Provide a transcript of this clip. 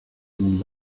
been